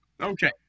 Okay